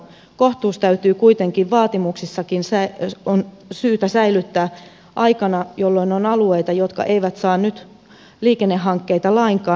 kohtuus on kuitenkin vaatimuksissakin syytä säilyttää aikana jolloin on alueita jotka eivät saa nyt liikennehankkeita lainkaan